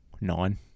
Nine